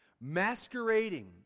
Masquerading